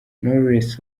knowless